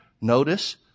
Notice